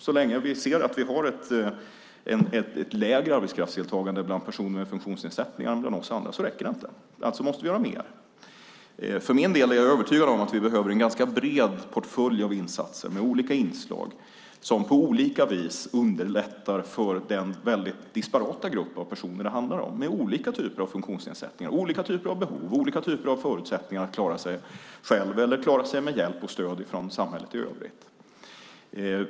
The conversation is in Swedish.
Så länge vi ser att vi har ett lägre arbetskraftsdeltagande bland personer med funktionsnedsättningar än bland oss andra räcker det inte. Alltså måste vi göra mer. För min del är jag övertygad om att vi behöver en ganska bred portfölj av insatser med olika inslag som på olika vis underlättar för den väldigt disparata grupp av personer som det handlar om. De har olika typer av funktionsnedsättningar, olika typer av behov, olika typer av förutsättningar att klara sig själva eller med hjälp och stöd från samhället i övrigt.